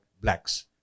blacks